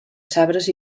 sabres